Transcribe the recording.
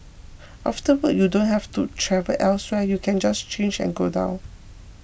after work you don't have to travel elsewhere you can just change and go down